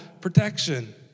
protection